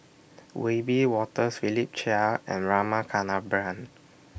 Wiebe Wolters Philip Chia and Rama Kannabiran